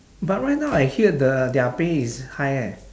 but right now I hear the their pay is high eh